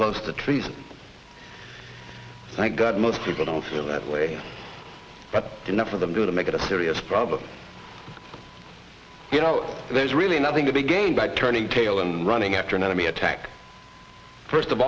close to trees thank god most people don't feel that way but enough of them to make it a serious problem you know there's really nothing to be gained by turning tail and running after an enemy attack first of